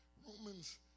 Romans